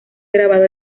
grabado